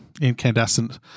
incandescent